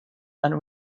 and